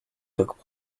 took